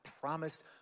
promised